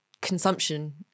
consumption